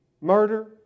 murder